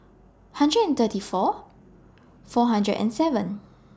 hundred and thirty four four hundred and seven